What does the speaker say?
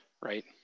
right